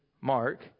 Mark